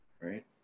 right